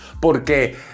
porque